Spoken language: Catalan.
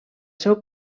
seu